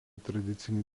tradiciniai